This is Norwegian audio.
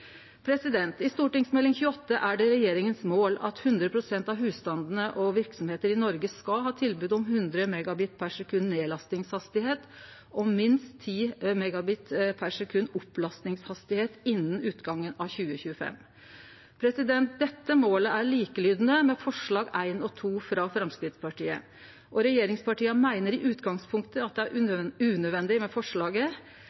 I Meld. St. 28 er det regjeringa sitt mål at 100 pst. av husstandane og verksemdene i Noreg skal ha tilbod om 100 Mbit/s hastigheit for nedlasting og minst 10 Mbit/s hastigheit for opplasting innan utgangen av 2025. Dette målet er likelydande med forslaga nr. 1 og 2, frå Framstegspartiet, og regjeringspartia meiner i utgangspunktet at det er